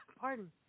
Pardon